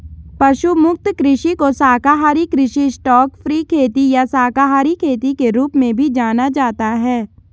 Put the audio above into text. पशु मुक्त कृषि को शाकाहारी कृषि स्टॉकफ्री खेती या शाकाहारी खेती के रूप में भी जाना जाता है